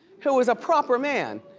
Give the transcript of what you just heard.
who is a proper man.